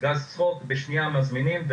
גז צחוק בשנייה מזמינים.